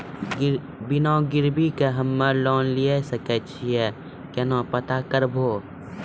बिना गिरवी के हम्मय लोन लिये सके छियै केना पता करबै?